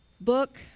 Book